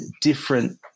different